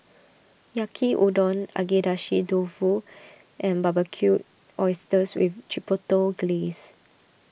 Yaki Udon Agedashi Dofu and Barbecued Oysters with Chipotle Glaze